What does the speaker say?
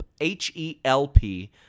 H-E-L-P